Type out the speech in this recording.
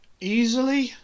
Easily